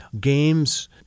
games